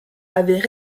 avaient